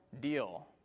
deal